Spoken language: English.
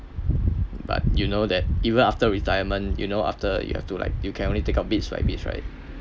but you know that even after retirement you know after you have to like you can only take out bit by bit right